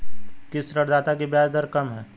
किस ऋणदाता की ब्याज दर कम है?